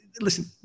listen